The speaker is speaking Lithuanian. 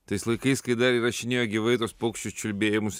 tais laikais kai dar įrašinėjo gyvai tuos paukščių čiulbėjimus